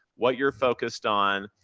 what you're focused on,